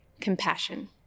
Compassion